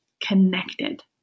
connected